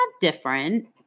different